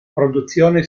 produzione